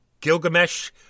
Gilgamesh